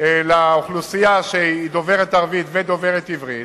לאוכלוסייה שהיא דוברת ערבית ודוברת עברית,